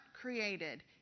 created